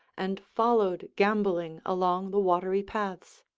and followed gambolling along the watery paths.